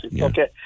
Okay